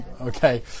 Okay